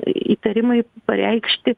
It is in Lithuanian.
įtarimai pareikšti